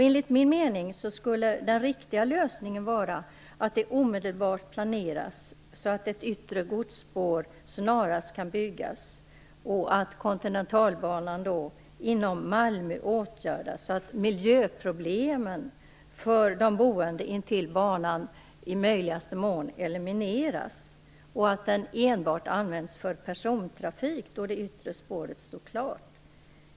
Enligt min mening skulle den riktiga lösningen vara att det omedelbart planeras så att ett yttre godsspår snarast kan byggas och att Kontinentalbanan åtgärdas inom Malmö så att miljöproblemen för de boende intill banan i möjligaste mån elimineras, och att den enbart används för persontrafik då det yttre spåret står klart.